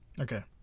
Okay